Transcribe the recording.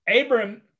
Abram